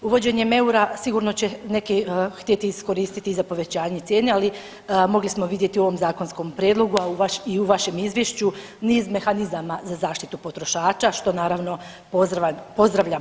Uvođenjem eura sigurno će neki htjeti iskoristiti i za povećanje cijene, ali mogli smo vidjeti u ovom zakonskom prijedlogu i u vašem izvješću niz mehanizama za zaštitu potrošača, što naravno, pozdravljam.